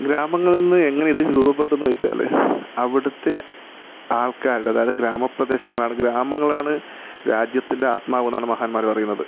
ഗ്രാമങ്ങളിൽ നിന്ന് എങ്ങനെ ഇത് രൂപപ്പെട്ടു എന്നു ചോദിച്ചാല് അവിടുത്തെ ആൾക്കാരുടെ അതായത് ഗ്രാമപ്രദേശങ്ങളാണ് ഗ്രാമങ്ങളാണ് രാജ്യത്തിൻ്റെ ആത്മാവെന്നാണ് മഹാന്മാർ പറയുന്നത്